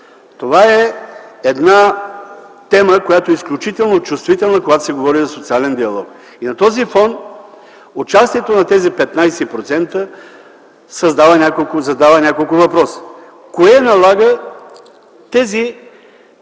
Това е тема, която е изключително чувствителна, когато се говори за социален диалог. На този фон участието на тези 15% задава няколко въпроса: кое налага тези